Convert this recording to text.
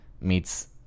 meets